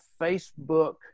Facebook